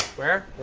where?